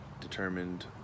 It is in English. determined